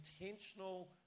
intentional